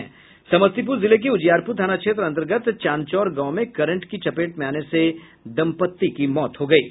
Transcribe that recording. समस्तीपुर जिले के उजियारपुर थाना क्षेत्र अंतर्गत चांदचौर गांव में करंट की चपेट में आने से दंपत्ति की मौत हो गयी